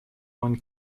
one